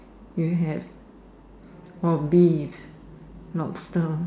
you have beef lobster